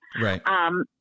Right